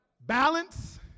Balance